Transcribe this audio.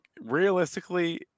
realistically